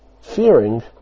fearing